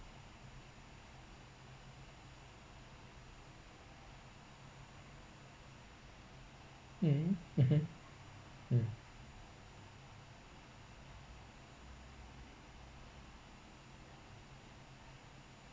mm mmhmm mm